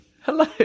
Hello